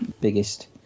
biggest